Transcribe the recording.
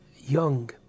young